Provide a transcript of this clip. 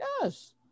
Yes